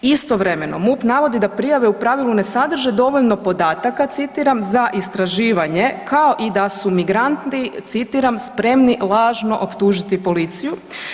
Istovremeno MUP navodi da prijave u pravilu ne sadrže dovoljno podataka, citiram „za istraživanje“ kao i da su migranti, citiram „spremni lažno optužiti policiju“